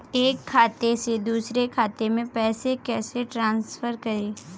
एक खाते से दूसरे खाते में पैसे कैसे ट्रांसफर करें?